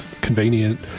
convenient